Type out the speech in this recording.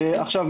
עכשיו,